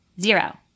zero